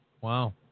Wow